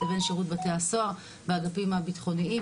לבין שירות בתי הסוהר והאגפים הביטחוניים,